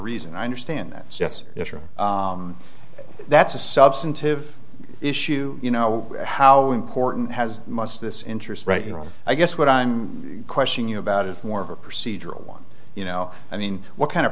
reason i understand that yes if you're that's a substantive issue you know how important has must this interest rate you know i guess what i'm questioning you about it more of a procedural one you know i mean what kind of